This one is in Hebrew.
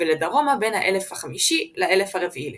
ולדרומה בין האלף החמישי לאלף הרביעי לפנה"ס.